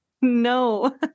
no